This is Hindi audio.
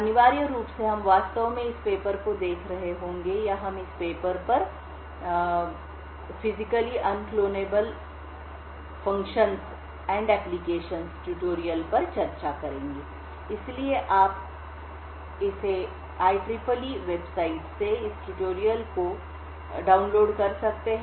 अनिवार्य रूप से हम वास्तव में इस पेपर को देख रहे होंगे या हम इस पेपर पर शारीरिक रूप से कार्यात्मक और अनुप्रयोगफिजिकली अन क्लोनेबल फंक्शन और एप्लिकेशन ट्यूटोरियल पर चर्चा करेंगे इसलिए आप इस IEEE वेबसाइट से इस ट्यूटोरियल को डाउनलोड कर सकते हैं